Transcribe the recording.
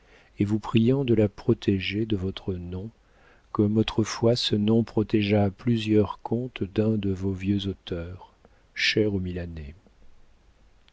et vous priant de la protéger de votre nom comme autrefois ce nom protégea plusieurs contes d'un de vos vieux auteurs cher aux